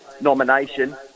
nomination